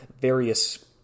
various